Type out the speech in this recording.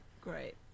great